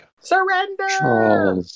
surrender